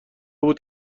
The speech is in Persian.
بود